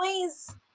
noise